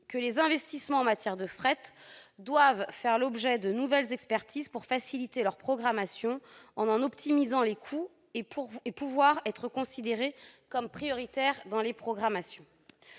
:« Les investissements [en matière de fret] doivent faire l'objet de nouvelles expertises pour faciliter leur programmation en en optimisant les coûts et pouvoir être considérés comme prioritaires dans les programmations